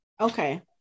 Okay